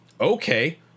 Okay